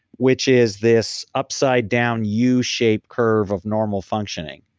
which is this upside down u shaped curve of normal functioning.